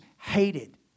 hated